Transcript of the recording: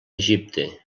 egipte